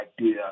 idea